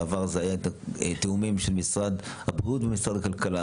בעבר זה היה תיאומים של משרד הבריאות מול משרד הכלכלה,